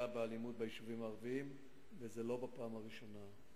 באלימות ביישובים הערביים וזה לא בפעם הראשונה.